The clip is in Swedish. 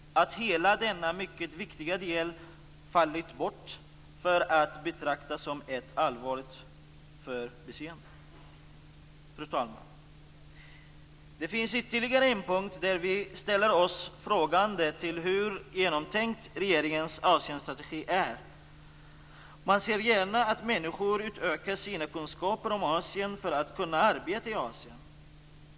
Att hela denna mycket viktiga del fallit bort är att betrakta som ett allvarligt förbiseende. Fru talman! Det finns ytterligare en punkt där vi ställer oss frågande till hur genomtänkt regeringens Asienstrategi är. Man ser gärna att människor ökar sina kunskaper om Asien för att de skall kunna arbeta i Asien.